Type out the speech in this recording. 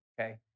okay